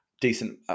Decent